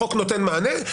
החוק נותן מענה.